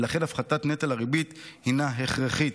ולכן הפחתת נטל הריבית הינה הכרחית.